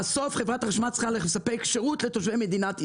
בסוף חברת החשמל צריכה לספק שירות לתושבי מדינת ישראל.